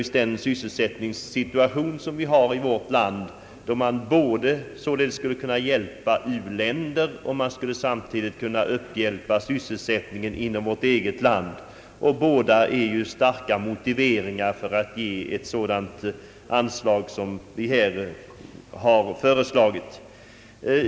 Sysselsättningssituationen i vårt land har blivit sådan att man genom detta bistånd skulle kunna hjälpa u-länder och samtidigt öka sysselsättningsmöjligheterna inom vårt eget land. Vi har alltså två mycket starka motiveringar för att man skall ge det anslag vi begärt.